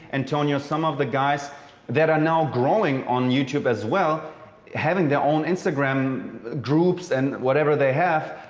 antonio, some of the guys that are now growing on youtube as well having their own instagram groups and whatever they have,